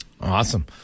Awesome